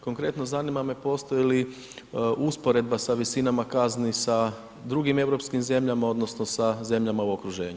Konkretno zanima me postoji li usporedba sa visinama kazni sa drugim europskim zemljama odnosno sa zemljama u okruženju.